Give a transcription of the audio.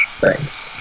Thanks